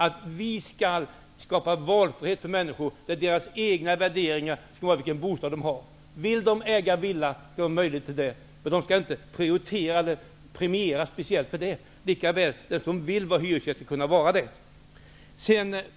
Vi skall skapa valfrihet för människor. Det är deras egna värderingar som skall avgöra vilken bostad de har. Om de vill äga en villa skall de ha möjlighet till det. De skall dock inte premieras särskilt för det. Den som vill vara hyresgäst skall också kunna vara det.